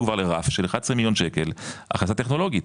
כבר לרף של 11 מיליון שקל הכנסה טכנולוגית,